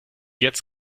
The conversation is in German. jetzt